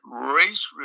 race